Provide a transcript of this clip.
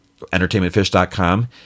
entertainmentfish.com